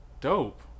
dope